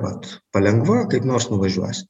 vat palengva kaip nors nuvažiuosi